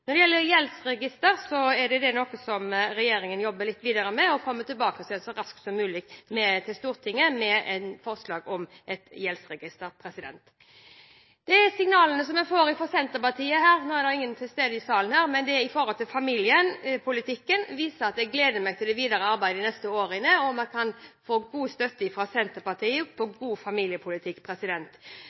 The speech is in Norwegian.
Når det gjelder gjeldsregister, er det noe regjeringen jobber videre med, og vi kommer så raskt som mulig tilbake til Stortinget med et forslag om et gjeldsregister. De signalene jeg her får fra Senterpartiet – nå er det ingen derfra til stede i salen – når det gjelder familiepolitikken, gjør at jeg gleder meg til det videre arbeidet de neste årene, og at vi kan få god støtte fra Senterpartiet til god familiepolitikk.